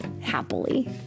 happily